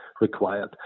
required